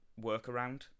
workaround